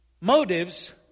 motives